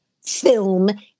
film